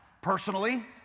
Personally